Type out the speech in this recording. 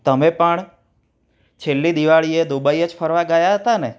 તમે પણ છેલ્લી દિવાળીએ દુબઈ જ ફરવા ગયા હતા ને